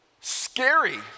scary